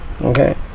Okay